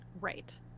Right